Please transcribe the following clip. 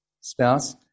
spouse